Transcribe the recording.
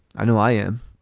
i know i am,